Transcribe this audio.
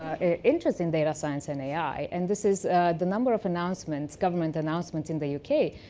ah interest in data science and ai, and this is the number of announcements, governments announcements in the u k.